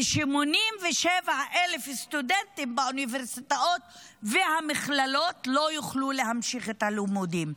ו-87,000 סטודנטים באוניברסיטאות ובמכללות לא יוכלו להמשיך את הלימודים.